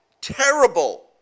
terrible